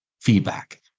feedback